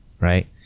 right